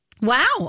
Wow